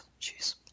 Jeez